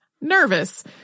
nervous